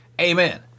Amen